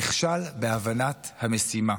נכשל בהבנת המשימה,